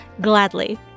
Gladly